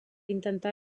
intentar